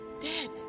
Dead